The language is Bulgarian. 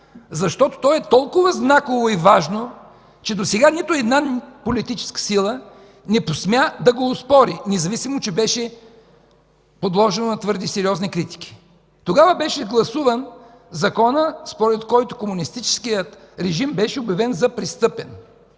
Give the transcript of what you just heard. защото то е толкова знаково и важно, че досега нито една политическа сила не посмя да го оспори, независимо че беше подложено на твърде сериозни критики. Тогава беше гласуван законът, според който комунистическият режим беше обявен за престъпен.